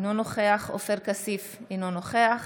אינו נוכח עופר כסיף, אינו נוכח